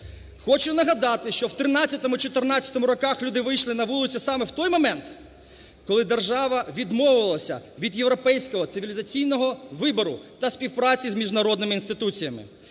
Хочу нагадати, що в 13-му, 14-му роках люди вийшли на вулиці саме в той момент, коли держава відмовилась від європейського цивілізаційного вибору та співпраці з міжнародними інституціями.